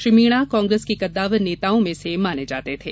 श्री मीणा कांग्रेस के कद्दावर नेताओं में से माने जाते थे